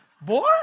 boy